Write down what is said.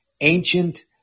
ancient